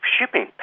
Shipping